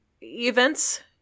events